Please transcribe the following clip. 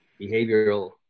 behavioral